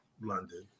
London